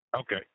Okay